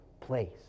place